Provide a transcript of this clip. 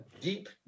deep